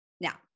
Now